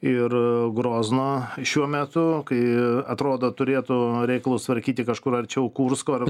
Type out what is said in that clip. ir grozno šiuo metu kai atrodo turėtų reikalus tvarkyti kažkur arčiau kursko ar